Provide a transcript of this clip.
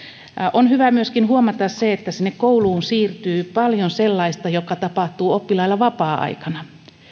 on hyvä myöskin huomata se että sinne kouluun siirtyy paljon sellaista joka tapahtuu oppilaiden vapaa aikana